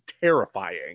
terrifying